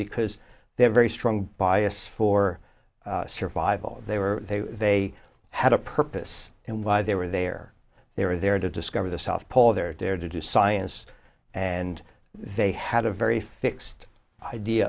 because they have very strong bias for survival they were there they had a purpose and why they were there they were there to discover the south pole they're there to do science and they had a very fixed idea